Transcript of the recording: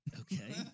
Okay